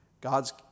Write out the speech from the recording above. God's